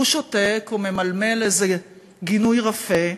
והוא שותק וממלמל איזה גינוי רפה,